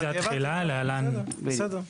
הבנתי, בסדר.